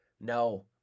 No